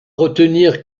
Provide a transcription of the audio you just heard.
retenir